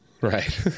right